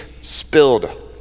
spilled